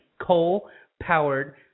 coal-powered